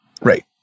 right